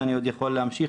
שאני עוד יכול להמשיך,